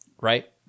right